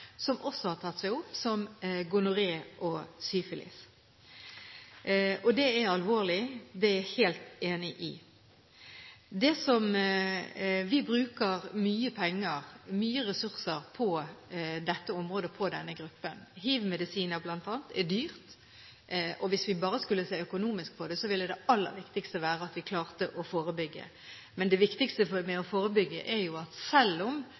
som også har tatt seg opp, som gonoré og syfilis. Det er alvorlig – det er jeg helt enig i. Vi bruker mye penger og mye ressurser på dette området og på denne gruppen – bl.a. er hivmedisin dyrt. Hvis vi bare skulle sett økonomisk på det, ville det aller viktigste være at vi klarte å forebygge. Men det viktigste er jo å forebygge, og selv om